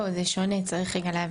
לא, זה שונה, צריך להבין.